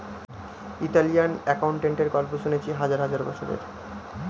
Italian অ্যাকাউন্টেন্টের গল্প শুনেছি হাজার হাজার বছরের